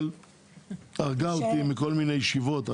אבל היא הרגה אותי עם כל מיני ישיבות,